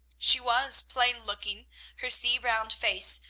she was plain looking her sea-browned face,